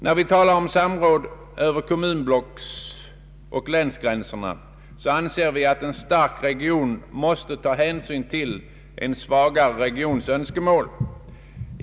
När vi talar om samråd över kommunblocksoch länsgränser anser vi att en stark region bör ta hänsyn till en svagare regions önskemål.